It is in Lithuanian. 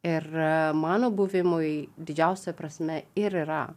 ir mano buvimui didžiausia prasmė ir yra